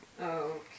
Okay